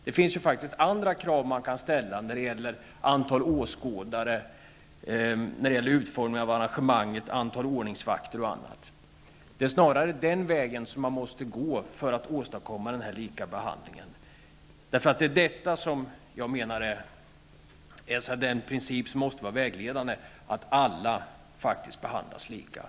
Det finns andra krav man kan ställa när det gäller antal åskådare, utformningen av arrangemanget, antal ordningsvakter och annat. Det är snarare den vägen man måste gå för att åstadkomma lika behandling. Det är den principen som måste vara vägledande, att alla behandlas lika.